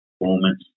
performance